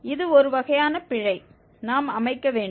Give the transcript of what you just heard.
இது ஒரு வகையான பிழை நாம் அமைக்க வேண்டும்